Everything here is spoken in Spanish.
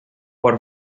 por